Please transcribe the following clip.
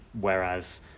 whereas